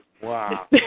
Wow